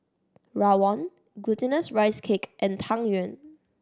rawon Glutinous Rice Cake and Tang Yuen